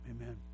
Amen